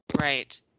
right